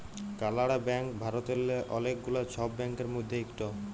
কালাড়া ব্যাংক ভারতেল্লে অলেক গুলা ছব ব্যাংকের মধ্যে ইকট